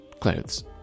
clothes